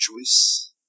choice